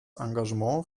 engagement